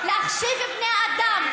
רוע בביורוקרטיה,